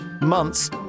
months